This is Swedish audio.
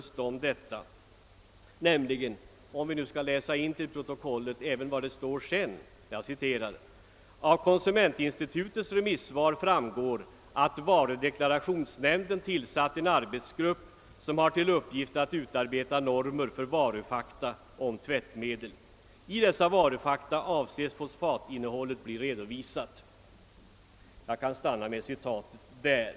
Vi kanske bör läsa in till protokollet även vad som står sedan: »Av konsumentinstitutets remissvar framgår att varudeklarationsnämnden tillsatt en arbetsgrupp som har till uppgift att utarbeta normer för varufakta om tvättmedel. I dessa varufakta avses fosfatinnehållet bli redovisat.« — Jag kan sluta citatet där.